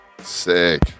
sick